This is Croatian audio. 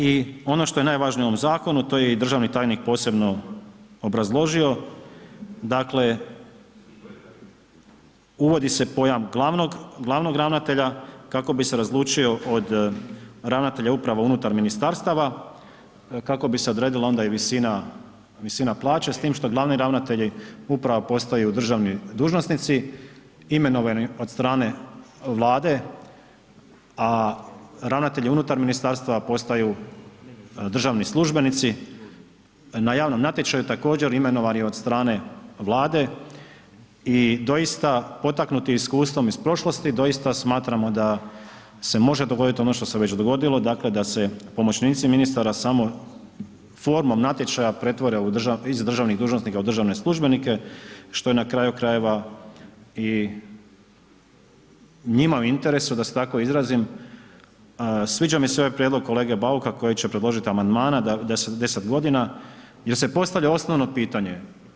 I ono što je najvažnije u ovom zakonu, to je državni tajnik posebno obrazložio, dakle, uvodi se pojam glavnog ravnatelja, kako bi se razlučio od ravnatelja uprava unutar ministarstava, kako bi se odredila onda i visina plaće, s tim što glavni ravnatelji uprava postaju državni dužnosnici imenovani od strane Vlade, a ravnatelji unutar ministarstva postaju državni službenici na javnom natječaju također imenovani od strane Vlade, i doista potaknuti iskustvom iz prošlosti, doista smatramo da se može dogodili ono što se već dogodilo, dakle da se pomoćnici ministara samo formom natječaja pretvore iz državnih dužnosnika u državne službenika, što je na kraju krajeva i njima u interesu, da se tako izrazim, sviđa mi se ovaj prijedlog kolege Bauka, koji će predložiti amandmane da se 10 godina jer se postavlja osnovno pitanje.